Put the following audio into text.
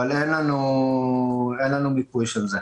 אבל אין לנו מיפוי של זה.